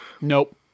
Nope